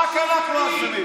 אף אחד פה לא אשם.